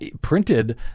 printed